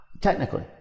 Technically